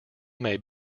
may